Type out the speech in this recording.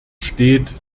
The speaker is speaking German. steht